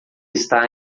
está